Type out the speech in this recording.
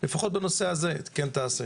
לפחות בנושא הזה כן תעשה.